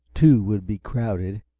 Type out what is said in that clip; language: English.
two would be crowded.